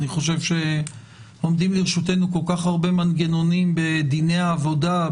אני חושב שעומדים לרשותנו כל כך הרבה מנגנונים בדיני העבודה,